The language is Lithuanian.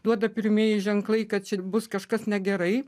duoda pirmieji ženklai kad čia bus kažkas negerai